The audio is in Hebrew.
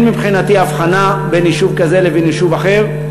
אין מבחינתי הבחנה בין יישוב כזה לבין יישוב אחר,